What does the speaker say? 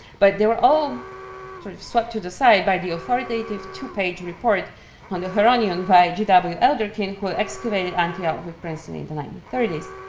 but they were all sort of swept to the side by the authoritative two page report on the charonion by g w. elderkin, who ah excavated antioch with princeton in the nineteen thirty s.